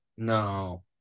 No